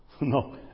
no